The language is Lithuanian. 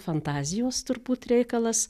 fantazijos turbūt reikalas